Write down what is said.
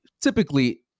Typically